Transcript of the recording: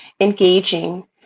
engaging